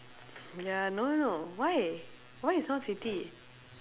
ya no no no why why is O_C_D